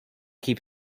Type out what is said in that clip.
keep